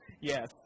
yes